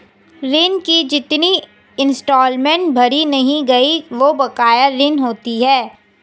ऋण की जितनी इंस्टॉलमेंट भरी नहीं गयी वो बकाया ऋण होती है